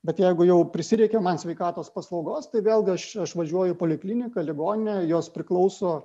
bet jeigu jau prisireikė man sveikatos paslaugos tai vėlgi aš aš išvažiuoju į polikliniką ligoninę jos priklauso